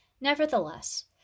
Nevertheless